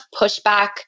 pushback